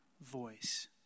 voice